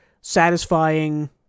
satisfying